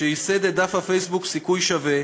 שייסד את דף הפייסבוק "סיכוי שווה",